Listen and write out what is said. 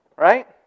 Right